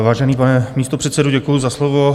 Vážený pane místopředsedo, děkuji za slovo.